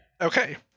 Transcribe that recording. Okay